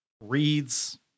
reads